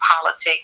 politics